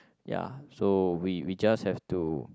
ya so we we just have to